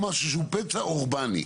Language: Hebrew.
או משהו שהוא פצע אורבני.